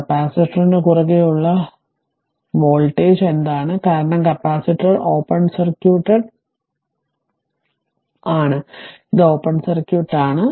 കപ്പാസിറ്ററിന് കുറുകെയുള്ള വോൾട്ടേജ് എന്താണ് കാരണം കപ്പാസിറ്റർ ഓപ്പൺ സർക്യൂട്ട് ആണ് ഇത് ഓപ്പൺ സർക്യൂട്ട് ആണ്